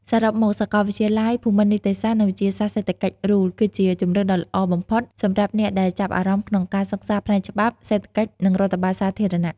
សរុបមក សាកលវិទ្យាល័យភូមិន្ទនីតិសាស្ត្រ និងវិទ្យាសាស្ត្រសេដ្ឋកិច្ច RULE គឺជាជម្រើសដ៏ល្អបំផុតសម្រាប់អ្នកដែលចាប់អារម្មណ៍ក្នុងការសិក្សាផ្នែកច្បាប់ សេដ្ឋកិច្ច និងរដ្ឋបាលសាធារណៈ។